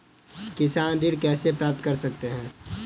किसान ऋण कैसे प्राप्त कर सकते हैं?